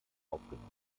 aufgenommen